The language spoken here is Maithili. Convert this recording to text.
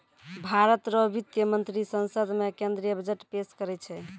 भारत रो वित्त मंत्री संसद मे केंद्रीय बजट पेस करै छै